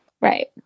Right